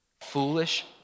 foolish